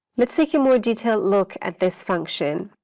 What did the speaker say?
let's take a more detailed look at this function.